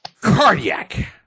cardiac